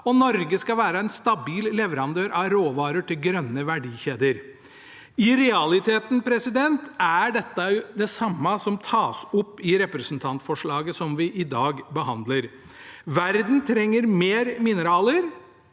Norge skal være en stabil leverandør av råvarer til grønne verdikjeder. I realiteten er dette det samme som tas opp i representantforslaget som vi i dag behandler. Verden trenger mer mineraler,